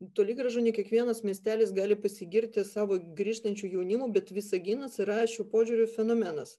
toli gražu ne kiekvienas miestelis gali pasigirti savo grįžtančiu jaunimu bet visaginas yra šiuo požiūriu fenomenas